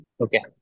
Okay